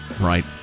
right